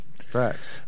Facts